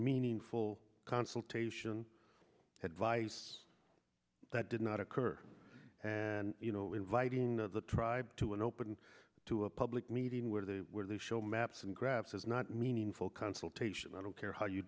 meaningful consultation advice that did not occur and you know inviting the tribe to an open to a public meeting where they were to show maps and graphs is not meaningful consultation i don't care how you